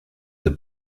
the